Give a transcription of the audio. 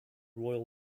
royal